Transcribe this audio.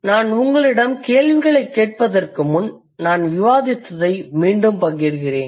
நான் உங்களிடம் கேள்விகளைக் கேட்பதற்கு முன் நான் விவாதித்ததை மீண்டும் பகிர்கிறேன்